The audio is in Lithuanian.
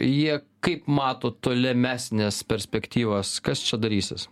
jie kaip mato tolimesnes perspektyvas kas čia darysis